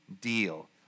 deal